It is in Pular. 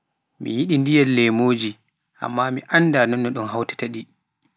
mi miɗi ndiyam lemuji amma mi annda nonno un hauta ɗi.